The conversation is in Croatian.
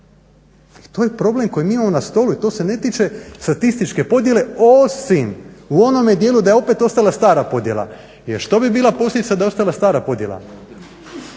to je problem koji imamo na stolu i to se ne tiče statističke podjele osim u onome dijelu da je opet ostala stara podjela jer što bi bila posljedica da je ostala stara podjela?